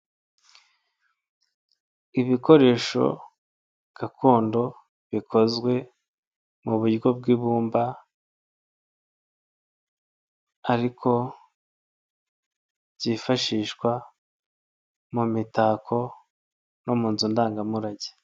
Ibikoresho gakondo bikozwe mu buryo bw'ibumba ariko byifashishwa mu mitako no mu nzu ndangamurage.